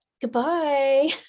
goodbye